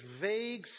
vague